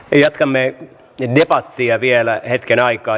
jatkamme debattia vielä hetken aikaa